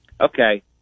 okay